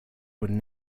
would